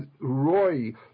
Roy